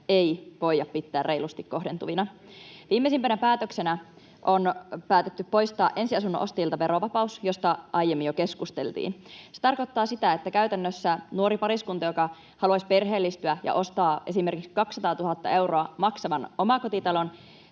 Peltokankaan välihuuto] Viimeisimpänä päätöksenä on päätetty poistaa ensiasunnon ostajilta verovapaus, josta aiemmin jo keskusteltiin. Se tarkoittaa sitä, että käytännössä nuori pariskunta, joka haluaisi perheellistyä ja ostaa esimerkiksi 200 000 euroa maksavan omakotitalon